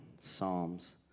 Psalms